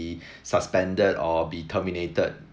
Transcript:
suspended or be terminated